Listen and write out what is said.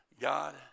God